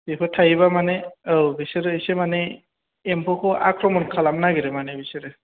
बेफोर थायोबा मानि औ बेसोरो एसे मानि एम्फौखौ आक्रमन खालामनो नागिरनो मानि बिसोरो